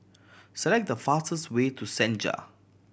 select the fastest way to Senja